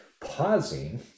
pausing